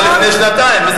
זה קרה לפני שנתיים.